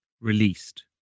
released